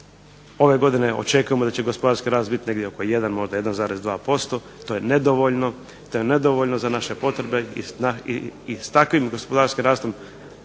Ove godine očekujemo da će gospodarski rast biti negdje oko 1, 1,2%. To je nedovoljno za naše potrebe i s takvim gospodarskim rastom